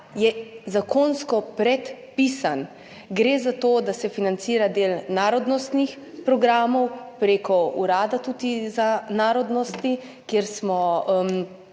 je zakonsko predpisan. Gre za to, da se financira del narodnostnih programov, tudi prek Urada za narodnosti, Urad